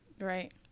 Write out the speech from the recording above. Right